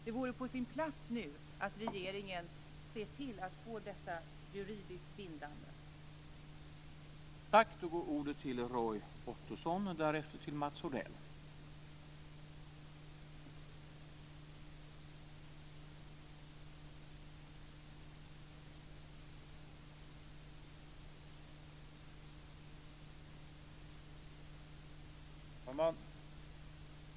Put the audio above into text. Det vore på sin plats nu att regeringen såg till att få detta juridiskt bindande undantag.